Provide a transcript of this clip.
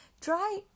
Try